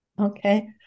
Okay